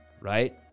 Right